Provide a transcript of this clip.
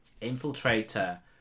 infiltrator